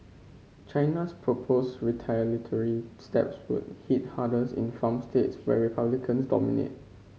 China's proposed retaliatory steps would hit hardest in farm states where Republicans dominate